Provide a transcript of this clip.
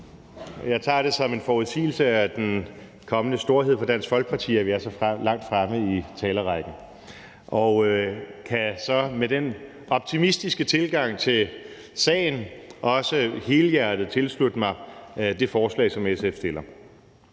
Jeg tager det som en forudsigelse af den kommende storhed for Dansk Folkeparti, at jeg er så langt fremme i talerrækken. Og jeg kan så med den optimistiske tilgang til sagen også helhjertet tilslutte mig det forslag, som SF fremsætter.